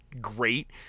great